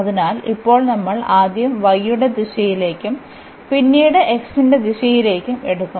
അതിനാൽ ഇപ്പോൾ നമ്മൾ ആദ്യം y യുടെ ദിശയിലും പിന്നീട് x ന്റെ ദിശയിലും എടുക്കും